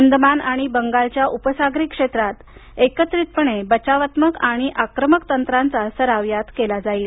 अंदमान आणि बंगालच्या उपसागरी क्षेत्रात एकत्रितपणे बचावात्मक आणि आक्रमक युक्त्यांचा सराव केला जाईल